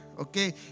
Okay